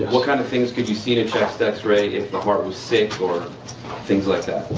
what kind of things could you see in a chest x-ray if the heart was sick or things like that?